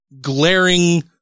glaring